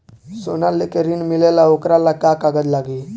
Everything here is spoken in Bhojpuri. सोना लेके ऋण मिलेला वोकरा ला का कागज लागी?